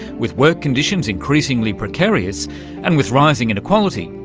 with work conditions increasingly precarious and with rising inequality,